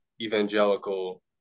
evangelical